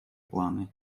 планы